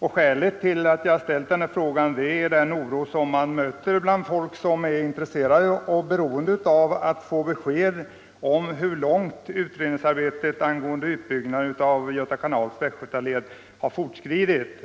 Skälet till att jag framställde frågan är den oro man möter bland människor som är intresserade och beroende av att få besked om hur långt utredningsarbetet rörande utbyggnaden av Göta kanals västgötadel har fortskridit.